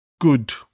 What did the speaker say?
good